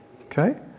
okay